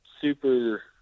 super